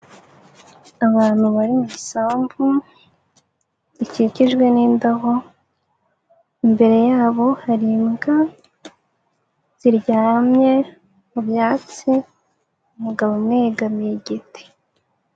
Abantu bari mu isambu, zikikijwe n'indabo, imbere yabo hari imbwa, ziryamye mu byatsi, umugabo umwe yegamiye igiti.